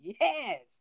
Yes